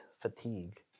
fatigue